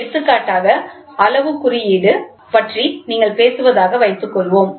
எடுத்துக்காட்டாக அளவுக் குறியீடு பற்றி நீங்கள் பேசுவதாக வைத்துக்கொள்வோம்